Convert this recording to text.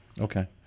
Okay